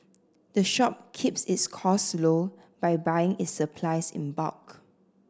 the shop keeps its costs low by buying its supplies in bulk